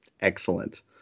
excellent